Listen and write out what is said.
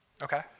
Okay